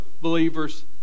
believers